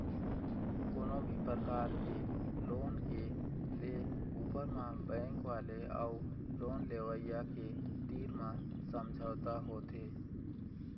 कोनो भी परकार के लोन के ले ऊपर म बेंक वाले अउ लोन लेवइया के तीर म समझौता होथे